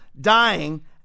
dying